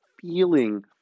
feeling